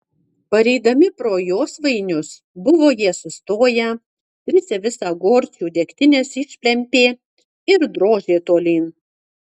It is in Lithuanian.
pareidami pro josvainius buvo jie sustoję trise visą gorčių degtinės išplempė ir drožė tolyn